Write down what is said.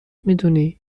میدونی